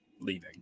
leaving